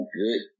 good